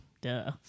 duh